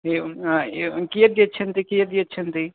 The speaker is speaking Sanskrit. एवं एवं कीयद् यच्छन्ति कीयद् यच्छन्ति